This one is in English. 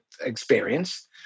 Experience